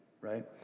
right